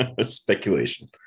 speculation